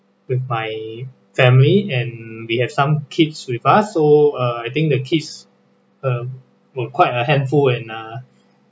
with my family and we have some kids with us so uh I think the kids um will quite a handful in ah